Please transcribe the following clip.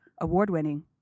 award-winning